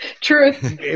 Truth